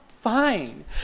fine